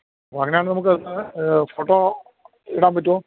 ഓ അങ്ങനെയാണെങ്കിൽ നമുക്കൊന്ന് ഫോട്ടോ ഇടാൻ പറ്റുമോ